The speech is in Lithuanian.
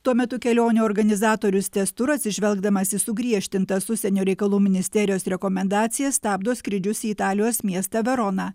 tuo metu kelionių organizatorius tez turas atsižvelgdamas į sugriežtintas užsienio reikalų ministerijos rekomendacijas stabdo skrydžius į italijos miestą veroną